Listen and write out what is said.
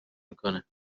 میکنه